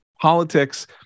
politics